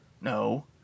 No